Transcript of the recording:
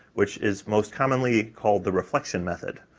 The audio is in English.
which is most commonly called the reflection method.